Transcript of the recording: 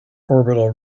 orbital